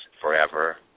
forever